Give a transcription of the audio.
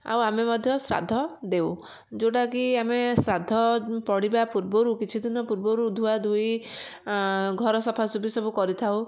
ଆଉ ଆମେ ମଧ୍ୟ ଶ୍ରାଦ୍ଧ ଦେଉ ଯୋଉଟା କି ଆମେ ଶ୍ରାଦ୍ଧ ପଡ଼ିବ ପୂର୍ବରୁ କିଛିଦିନ ପୂର୍ବରୁ ଧୁଆଧୁଇ ଘର ସଫାସୁଫି ସବୁ କରିଥାଉ